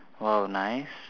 !wow! nice